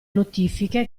notifiche